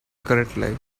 correctly